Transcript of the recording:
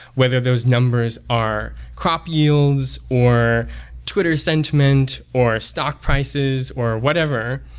whether those numbers are crop yields, or twitter sentiment, or stock prices, or whatever,